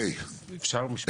בבקשה.